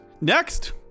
Next